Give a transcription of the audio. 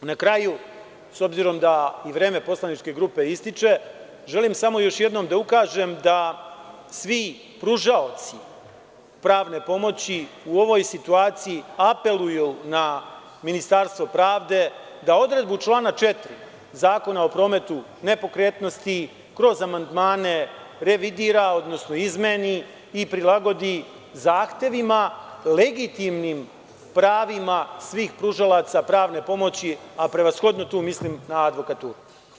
Na kraju, s obzirom da vreme poslaničke grupe ističe, želim da ukažem da svi pružaoci pravne pomoći u ovoj situaciji apeluju na Ministarstvo pravde da odredbu člana 4. Zakona o prometu nepokretnosti, kroz amanmdane, revidira, odnosno izmeni i prilagodi zahtevima, legitimnim pravima svih pružalaca pravne pomoći, a tu mislim na advokaturu.